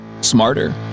smarter